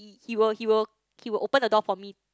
he will he will he will open the door for me